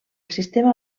sistema